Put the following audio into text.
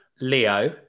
Leo